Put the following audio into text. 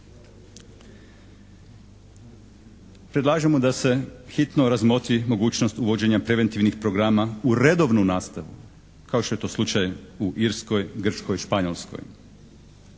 Predlažemo da se hitno razmotri mogućnost uvođenja preventivnih programa u redovnu nastavu kao što je to slučaj u Irskoj, Grčkoj, Španjolskoj.